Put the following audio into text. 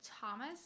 Thomas